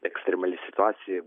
ekstremali situacija